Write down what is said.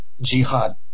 jihad